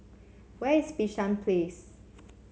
where is Bishan Place